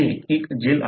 हे एक जेल आहे